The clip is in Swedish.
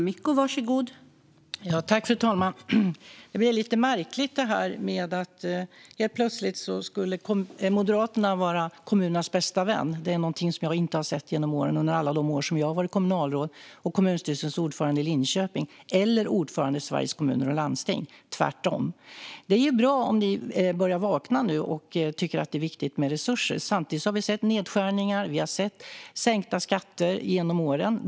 Fru talman! Det blir lite märkligt att Moderaterna helt plötsligt skulle vara kommunernas bästa vän. Det är ingenting som jag har sett under alla de år som jag har varit kommunalråd och kommunstyrelsens ordförande i Linköping, eller ordförande i Sveriges Kommuner och Landsting, tvärtom. Det är bra om ni nu börjar vakna och tycker att det är viktigt med resurser. Samtidigt har vi sett nedskärningar och sänkta skatter genom åren.